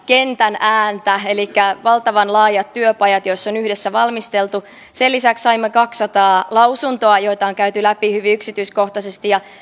kentän ääntä elikkä valtavan laajat työpajat joissa on yhdessä valmisteltu sen lisäksi saimme kaksisataa lausuntoa joita on käyty läpi hyvin yksityiskohtaisesti